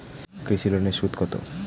কৃষি লোনের সুদ কত?